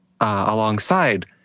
alongside